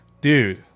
Dude